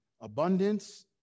abundance